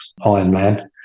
Ironman